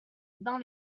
dans